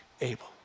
Abel